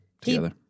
together